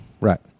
Right